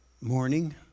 morning